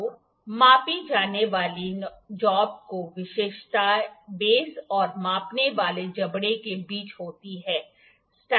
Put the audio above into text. तो मापी जाने वाली नौकरी की विशेषता बेस और मापने वाले जबड़े के बीच होती है